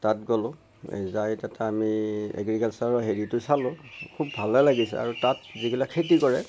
তাত গ'লো এই যায় তাতে আমি এগ্ৰিকালচাৰৰ হেৰিটো চালোঁ খুব ভালেই লাগিছে আৰু তাত যিগিলা খেতি কৰে